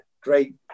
great